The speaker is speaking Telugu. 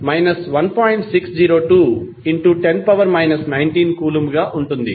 60210 19 కూలంబ్ గా ఉంటుంది